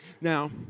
now